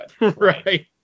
Right